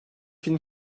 film